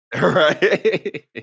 Right